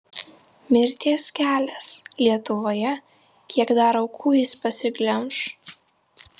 mirties kelias lietuvoje kiek dar aukų jis pasiglemš